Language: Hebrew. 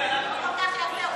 100% עכשיו.